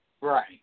Right